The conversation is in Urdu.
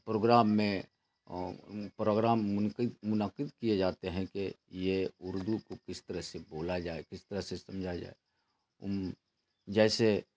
پروگرام میں پروگرام منعقد کیے جاتے ہیں کہ یہ اردو کو کس طرح سے بولا جائے کس طرح سے سمجھا جائے جیسے